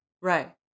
Right